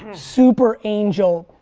super angel,